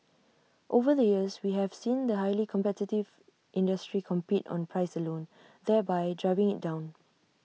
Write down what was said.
over the years we have seen the highly competitive industry compete on price alone thereby driving IT down